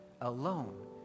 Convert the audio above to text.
alone